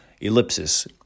Ellipsis